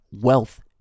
Wealth